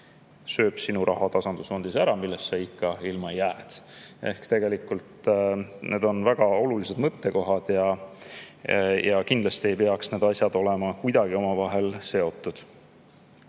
sööb sinu raha tasandusfondis ära, sa jääd ikka sellest ilma. Tegelikult need on väga olulised mõttekohad ja kindlasti ei peaks need asjad olema kuidagi omavahel seotud.